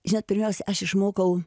žinot pirmiausia aš išmokau